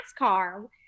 NASCAR